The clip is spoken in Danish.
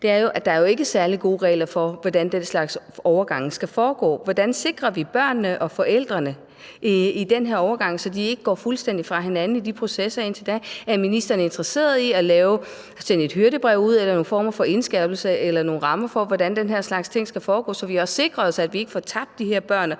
er jo, at der ikke er særlig gode regler for, hvordan den slags overgange skal foregå. Hvordan sikrer vi børnene og forældrene i den her overgang, så de ikke falder fuldstændig fra hinanden i de processer? Er ministeren interesseret i at sende et hyrdebrev ud eller komme med en form for indskærpelse eller sætte nogle rammer for, hvordan den her slags ting skal foregå, så vi sikrer, at vi ikke taber de her børn